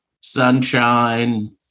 sunshine